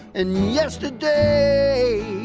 and yesterday